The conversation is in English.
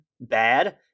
bad